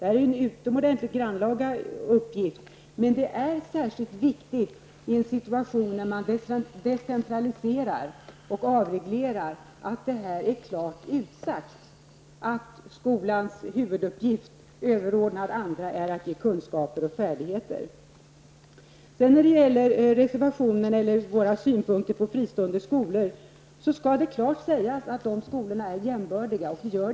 Det är en utomordentligt grannlaga uppgift, men det är särskilt viktigt i en situation när man decentraliserar och avreglerar att det är klart utsagt att skolans huvuduppgift, överordnad andra, är att ge kunskaper och färdigheter. När det gäller våra synpunkter på fristående skolor vill jag understryka att det klart skall sägas att de skolorna är jämbördiga med andra.